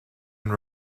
been